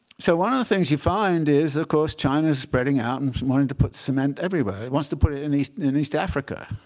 so one of the things you find is that, of course, china is spreading out and wanting to put cement everywhere. it wants to put it in east in east africa.